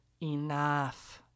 enough